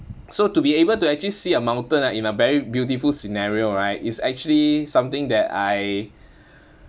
so to be able to actually see a mountain ah in a very beautiful scenario right is actually something that I